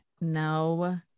No